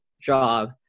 job